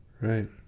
Right